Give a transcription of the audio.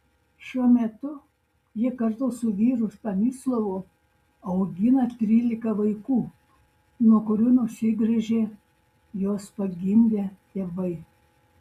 šiuo metu ji kartu su vyru stanislovu augina trylika vaikų nuo kurių nusigręžė juos pagimdę tėvai